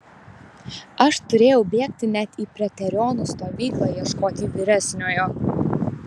aš turėjau bėgti net į pretorionų stovyklą ieškoti vyresniojo